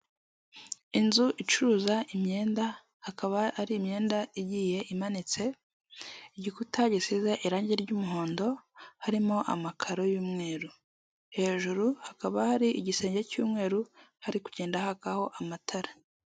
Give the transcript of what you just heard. Inzu icuruza imyenda hakaba ari imyenda igiye imanitse, igikuta gisize irange ry'umuhondo harimo amakaro y'umweru, hejuru hakaba hari igisenge cy'umweru hari kugenda hakaho amatara.